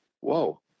Whoa